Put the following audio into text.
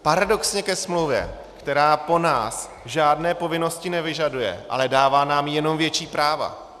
Paradoxně ke smlouvě, která po nás žádné povinnosti nevyžaduje, ale dává nám jenom větší práva.